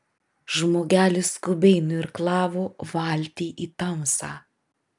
žmogelis skubiai nuirklavo valtį į tamsą